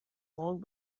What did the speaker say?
long